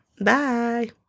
bye